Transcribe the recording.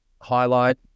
highlight